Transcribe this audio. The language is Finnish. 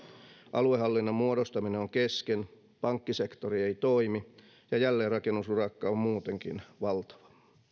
aluehallinnon muodostaminen on kesken pankkisektori ei toimi ja jälleenrakennusurakka on muutenkin valtava